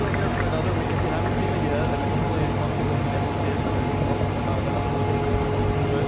here for another week. if you haven't seen it yet i mean, hopefully most people have been able to see it. but there's about another week of performances,